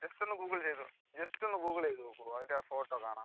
just ഒന്ന് Google ചെയ്ത് just ഒന്ന് ഗൂഗിൾ ചെയ്ത് നോക്കൂ അതിൻ്റെ ഫോട്ടോ കാണാം